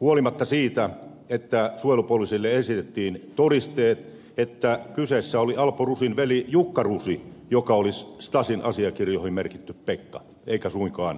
huolimatta siitä että suojelupoliisille esitettiin todisteet että kyseessä oli alpo rusin veli jukka rusi joka oli stasin asiakirjoihin merkitty pekka eikä suinkaan alpo